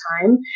time